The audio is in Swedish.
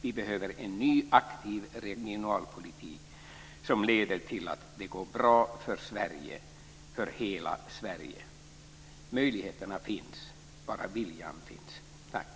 Vi behöver en ny aktiv regionalpolitik som leder till att det går bra för Sverige - för hela Sverige. Möjligheterna finns, bara viljan finns. Tack!